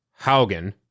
Haugen